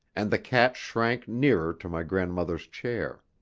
and the cat shrank nearer to my grandmother's chair.